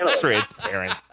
Transparent